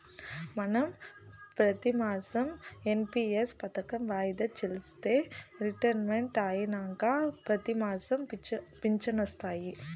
మనం పెతిమాసం ఎన్.పి.ఎస్ పదకం వాయిదా చెల్లిస్తే రిటైర్మెంట్ అయినంక పెతిమాసం ఫించనొస్తాది